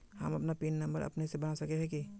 हम अपन pin number अपने से बना सके है की?